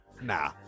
nah